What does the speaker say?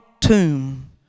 tomb